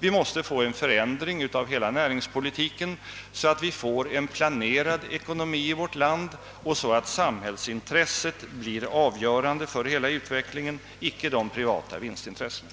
Vi måste få till stånd en förändring av hela näringspolitiken så att vi får en planerad ekonomi i vårt land och så att samhällsintresset blir avgörande för hela utvecklingen, icke de privata vinstintressena.